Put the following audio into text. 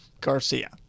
Garcia